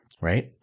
right